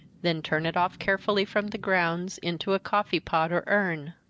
then turn it off carefully from the grounds, into a coffee-pot or urn.